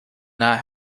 not